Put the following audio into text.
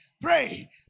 Pray